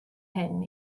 hyn